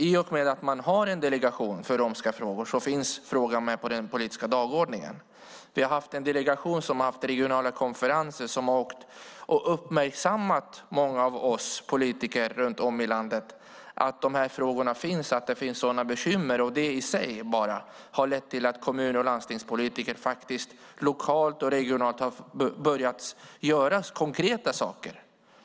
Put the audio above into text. I och med att man har en delegation för romska frågor finns frågan med på den politiska dagordningen. Delegationen har haft regionala konferenser och har uppmärksammat många politiker runt om i landet att det finns sådana bekymmer. Det i sig har lett till att kommun och landstingspolitiker lokalt och regionalt har börjat göra konkreta saker.